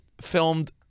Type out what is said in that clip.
filmed